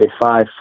five